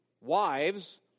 wives